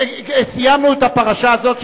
סיימנו את הפרשה הזאת,